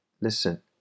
listen